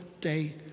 day